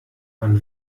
wann